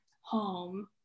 home